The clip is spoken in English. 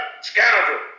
scoundrel